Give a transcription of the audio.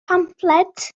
pamffled